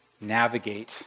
navigate